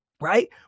Right